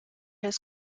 his